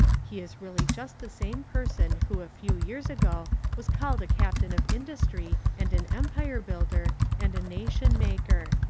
he is really just the same person who a few years ago was called a captain of industry and an empire builder and a nation maker.